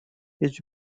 his